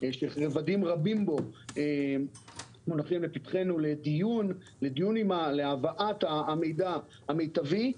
שרבדים רבים בו מונחים לפתחנו לדיון עם הבאת המידע המיטבי,